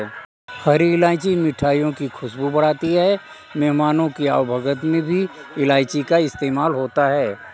हरी इलायची मिठाइयों की खुशबू बढ़ाती है मेहमानों की आवभगत में भी इलायची का इस्तेमाल होता है